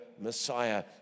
Messiah